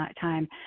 time